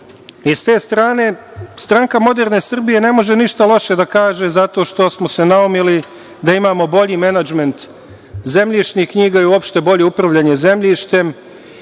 te strane, Stranka moderne Srbije ne može ništa loše da kaže, zato što smo se naumili da imamo bolji menadžment zemljišnih knjiga i uopšte bolje upravljanje zemljištem,